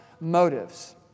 motives